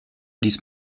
ließ